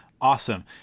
awesome